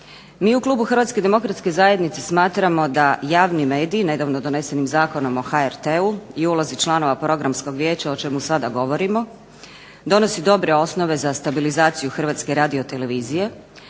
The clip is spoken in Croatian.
Mi u klubu HDZ-a smatramo da javni mediji, nedavno donesenim Zakonom o HRT-u i ulozi članova Programskog vijeća o čemu sada govorimo donosi dobre osnove za stabilizaciju HRT-a, ali